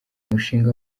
umushinga